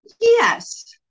Yes